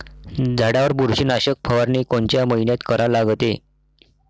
झाडावर बुरशीनाशक फवारनी कोनच्या मइन्यात करा लागते?